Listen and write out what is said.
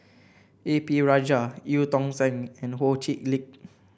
A P Rajah Eu Tong Sen and Ho Chee Lick